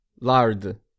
lard